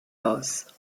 aus